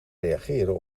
reageren